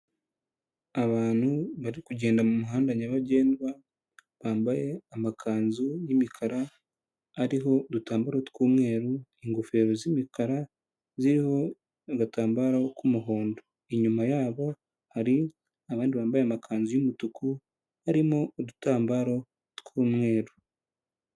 Abantu bari kugenda mu muhanda nyabagendwa bambaye amakanzu y'imikara, ariho udutambaro tw'umweru, ingofero z'imikara ziriho agatambaro k'umuhondo, inyuma yabo hari abandi bambaye amakanzu y'umutuku, harimo udutambaro tw'umweru.